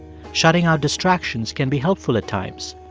shutting out distractions can be helpful at times.